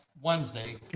Wednesday